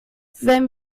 wenn